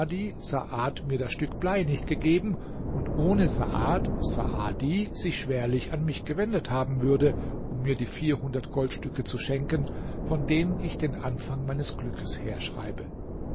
mir das stück blei nicht gegeben und ohne saad saadi sich schwerlich an mich gewendet haben würde um mir die vierhundert goldstücke zu schenken von denen ich den anfang meines glückes herschreibe